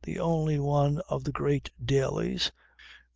the only one of the great dailies